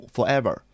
Forever